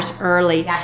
early